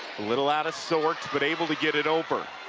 little out of sorts but able to get it over.